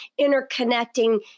interconnecting